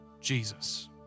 Jesus